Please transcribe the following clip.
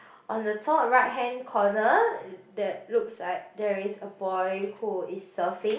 on the top of right hand corner there looks like there is a boy who is surfing